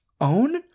own